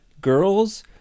girls